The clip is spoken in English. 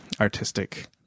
artistic